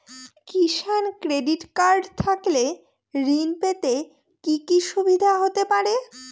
কিষান credit card থাকলে ঋণ পেতে কি কি সুবিধা হতে পারে?